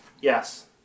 Yes